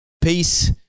Peace